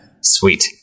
Sweet